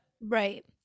right